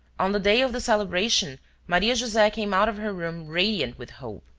on the day of the celebration maria-jose came out of her room radiant with hope.